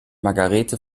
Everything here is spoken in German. margarethe